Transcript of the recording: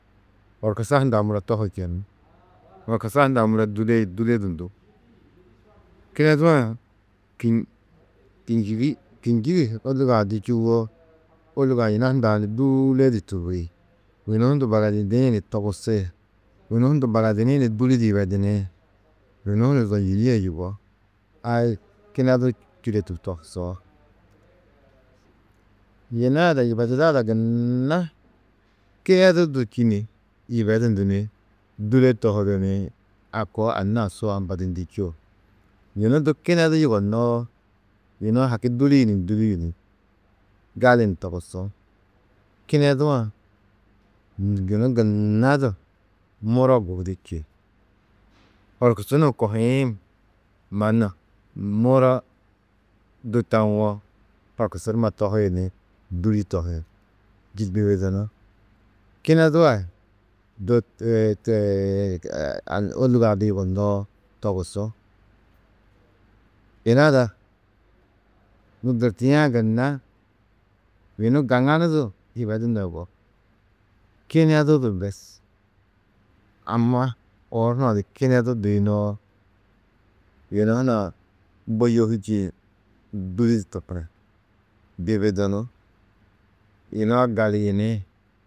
Horkusa hundã muro tohu čenú, horkusa hundã muro dûledundú. Kinedu-ã kînjigi ôlugoo-ã du čûwo, ôlugo-ã yina hundã ni dûle du tûrri, yunu hundu barayindĩ ni togusi. Yunu hundu baradinĩ ni dûli di yibedini, yunu hunu zonjinîe yugó. Ai kinedu čîde togusoo. Yina ada yibeduda ada gunna kinedu du čî ni yibedundu ni dûle ni a koo anna-ã su ambadindî čûo. Yunu du kinedu yugonnoo, yunu-ã haki dûliyunu ni dûliyunú, gali ni togusú. Kinedu-ã yunu gunna du muro gubudi čî. Horkusu nuũ kohiĩ mannu muro du tawo horkusu numa tohi ni dûli tohi, bibidunú. Kinedu a ôlugo-ã du yugonnoo, togusú. Yina ada nû durtiã gunna, yunu gaŋanu du yibeduno yugó, kinedu du bes. Amma oor hunã du kinedu duyunoo, yunu hunã mbo yohî čîĩ dûli di tohi, bibidunú, yunu-ã galiyini.